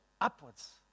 upwards